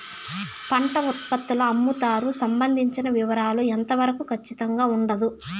పంట ఉత్పత్తుల అమ్ముతారు సంబంధించిన వివరాలు ఎంత వరకు ఖచ్చితంగా ఉండదు?